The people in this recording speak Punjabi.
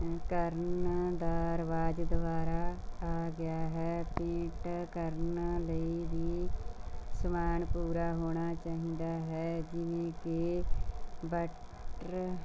ਕਰਨ ਦਾ ਰਿਵਾਜ਼ ਦੁਆਰਾ ਆ ਗਿਆ ਹੈ ਪੇਂਟ ਕਰਨ ਲਈ ਵੀ ਸਮਾਨ ਪੂਰਾ ਹੋਣਾ ਚਾਹੀਦਾ ਹੈ ਜਿਵੇਂ ਕਿ ਵਾਟਰ